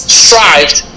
strived